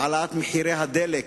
להעלאת מחירי הדלק,